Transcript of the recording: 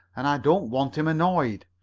and i don't want him annoyed.